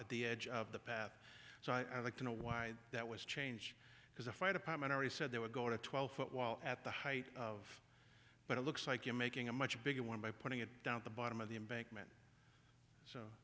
at the edge of the path so i'd like to know why that was change because the fire department already said they were going to twelve foot wall at the height of but it looks like you're making a much bigger one by putting it down at the bottom of the embank